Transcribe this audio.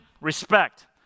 respect